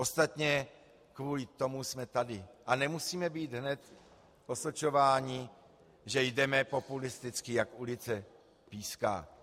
Ostatně kvůli tomu jsme tady a nemusíme být hned osočováni, že jdeme populisticky, jak ulice píská.